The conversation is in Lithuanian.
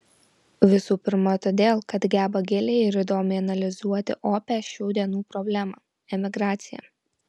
visų pirma todėl kad geba giliai ir įdomiai analizuoti opią šių dienų problemą emigraciją